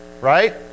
Right